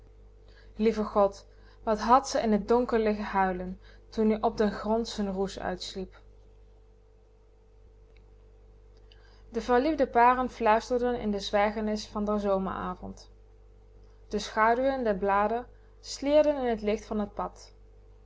lieve god wat had ze in t donker liggen huilen toen-ie op den grond z'n roes uitsliep de verliefde paren fluisterden in de zwijgenis van den zomeravond de schaduwen der blaren slierden in t licht van t pad